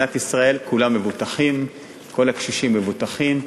במדינת ישראל כולם מבוטחים, כל הקשישים מבוטחים.